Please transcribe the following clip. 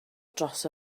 dros